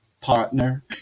partner